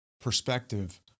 perspective